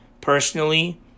Personally